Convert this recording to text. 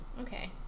Okay